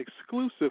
exclusive